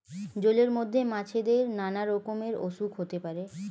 জলের মধ্যে মাছেদের নানা রকমের অসুখ হতে পারে